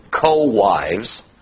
co-wives